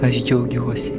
aš džiaugiuosi